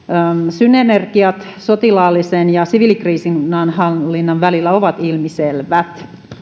synergiat sotilaallisen ja siviilikriisinhallinnan välillä ovat ilmiselvät